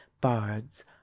bards